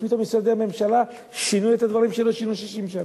ופתאום משרדי הממשלה שינו את הדברים שלא שינו 60 שנה.